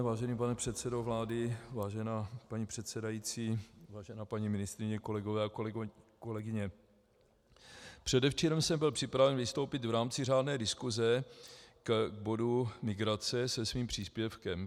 Vážený pane předsedo vlády, vážená paní předsedající, vážená paní ministryně, kolegyně a kolegové, předevčírem jsem byl připraven vystoupit v rámci řádné diskuse k bodu migrace se svým příspěvkem.